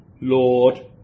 Lord